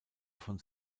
von